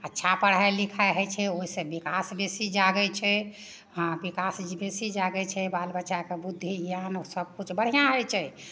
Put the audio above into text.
अच्छा पढ़ाइ लिखाइ होइ छै ओहि सऽ विकास बेसी जागै छै हाँ विकास बेसी जागै छै बाल बच्चाके बुद्धि ज्ञान सबकिछु बढ़िऑं होइ छै